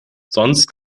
sonst